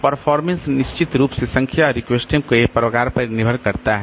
performance निश्चित रूप से संख्या और रिक्वेस्ट के प्रकार पर निर्भर करता है